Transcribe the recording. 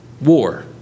war